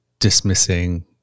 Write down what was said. dismissing